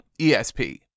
ESP